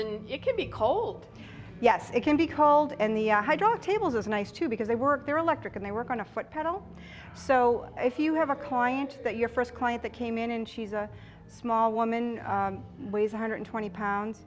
and it can be cold yes it can be called and the hydro tables is nice too because they work their electric and they work on a foot pedal so if you have a client that your first client that came in and she's a small woman weighs one hundred twenty pounds